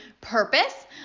purpose